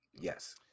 Yes